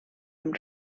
amb